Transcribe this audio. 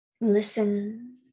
Listen